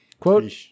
Quote